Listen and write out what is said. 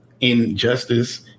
injustice